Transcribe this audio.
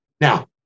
Now